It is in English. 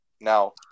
Now